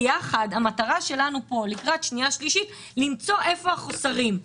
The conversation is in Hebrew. המטרה שלנו כאן לקראת קריאה שנייה ושלישית היא למצוא היכן החוסרים,